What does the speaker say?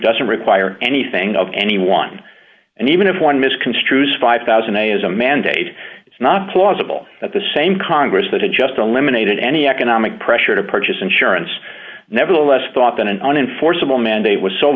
doesn't require anything of anyone and even if one misconstrues five thousand a as a mandate it's not plausible that the same congress that had just eliminated any economic pressure to purchase insurance nevertheless thought that an unenforceable mandate was so